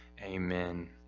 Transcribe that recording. Amen